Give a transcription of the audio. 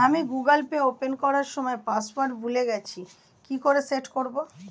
আমি Google Pay open করার সময় পাসওয়ার্ড ভুলে গেছি কি করে সেট করব?